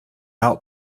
out